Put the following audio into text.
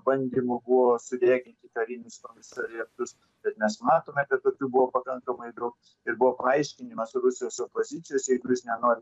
bandymų buvo sudegint karinius komisariatus bet mes matome kad tokių buvo pakankamai daug ir buvo paaiškinimas rusijos opozicijos jeigu jūs nenorit